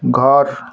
घर